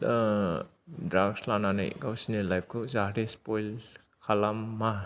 दा ड्राग्स लानानै गावसिनि लाइफखौ जाहाथे स्फइल खालामा